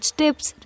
tips